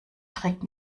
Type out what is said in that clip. trägt